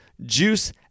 juice